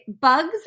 bugs